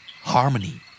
Harmony